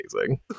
amazing